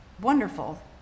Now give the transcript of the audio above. wonderful